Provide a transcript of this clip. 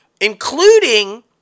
including